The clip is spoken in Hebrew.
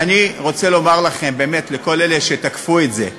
ואני רוצה לומר לכם, באמת, לכל אלה שתקפו את זה,